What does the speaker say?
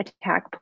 attack